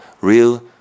Real